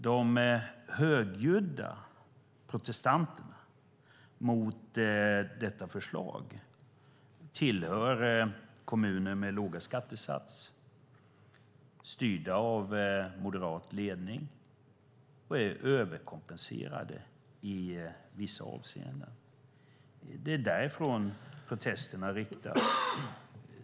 De högljudda protestanterna mot detta förslag tillhör kommuner med låga skattesatser och moderat ledning som är överkompenserade i vissa avseenden. Det är därifrån protesterna kommer.